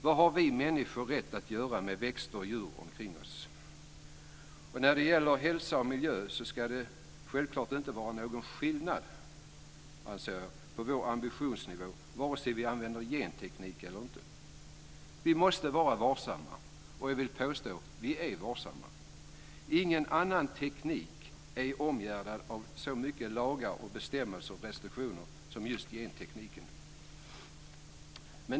Vad har vi människor rätt att göra med växter och djur omkring oss? När det gäller hälsa och miljö ska det självklart inte vara någon skillnad på vår ambitionsnivå vare sig vi använder genteknik eller inte. Vi måste vara varsamma, och jag vill påstå att vi är varsamma. Ingen annan teknik är omgärdad av lagar, bestämmelser och restriktioner som just gentekniken.